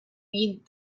need